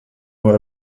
nur